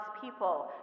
people